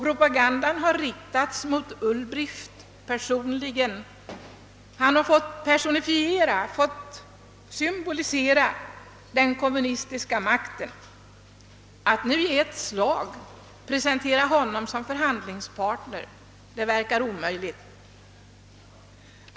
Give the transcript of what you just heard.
Propagandan har riktats mot Ulbricht personligen, han har fått symbolisera den kommunistiska makten. Att nu i ett slag presentera honom som förhandlingspartner verkar omöjligt.